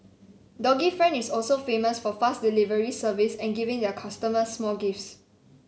doggy friend is also famous for fast delivery service and giving their customers small gifts